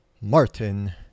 Martin